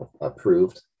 approved